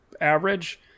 average